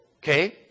Okay